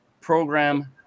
program